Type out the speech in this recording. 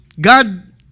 God